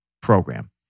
program